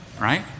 Right